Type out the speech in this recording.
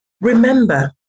Remember